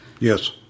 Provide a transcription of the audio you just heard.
Yes